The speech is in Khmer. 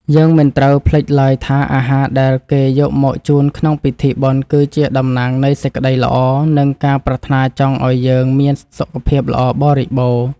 យើងមិនត្រូវភ្លេចឡើយថា អាហារដែលគេយកមកជូនក្នុងពិធីបុណ្យ គឺជាតំណាងនៃសេចក្តីល្អ និងការប្រាថ្នាចង់ឱ្យយើងមានសុខភាពល្អបរិបូរណ៍។